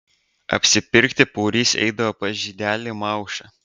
apsipirkti paurys eidavo pas žydelį maušą